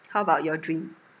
how about your dream